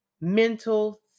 mental